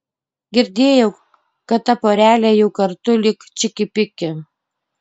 girdėjau kad ta porelė jau kartu lyg čiki piki